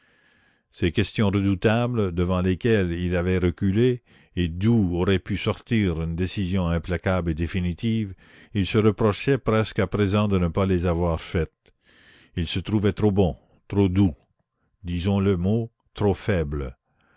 ces questions redoutables devant lesquelles il avait reculé et d'où aurait pu sortir une décision implacable et définitive il se reprochait presque à présent de ne pas les avoir faites il se trouvait trop bon trop doux disons le mot trop faible